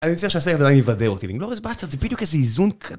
אני צריך שהסרט עדיין יבדר אותי, ו Inglorious Bustards זה בדיוק איזה איזון כ...